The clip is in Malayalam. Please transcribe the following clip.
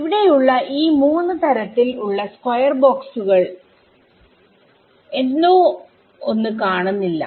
ഇവിടെയുള്ള ഈ മൂന്ന് തരത്തിൽ ഉള്ള സ്ക്വയർ ബോക്സുകളിൽ എന്തോ ഒന്ന് കാണുന്നില്ല